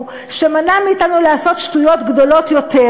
שמנע מאתנו לעשות שטויות גדולות יותר,